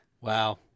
wow